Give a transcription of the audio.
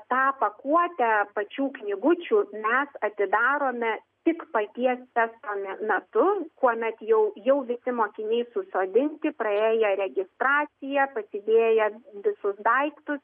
tą pakuotę pačių knygučių mes atidarome tik paties testo me metu kuomet jau jau visi mokiniai susodinti praėję registraciją pasidėję visus daiktus